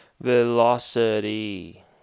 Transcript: Velocity